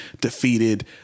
defeated